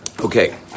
Okay